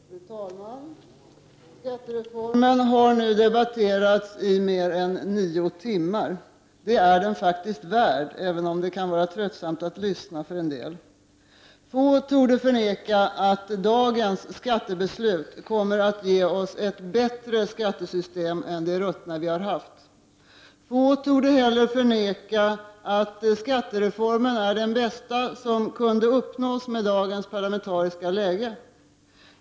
Fru talman! Skattereformen har nu debatterats i mer än nio timmar. Det är den faktiskt värd, även om det kan vara tröttsamt för en del att lyssna. Få torde förneka att dagens skattebeslut kommer att ge oss ett bättre skattesystem än det ruttna vi har haft. Få torde heller förneka att skattereformen är den bästa som kunde uppnås med dagens parlamentariska läge.